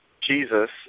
Jesus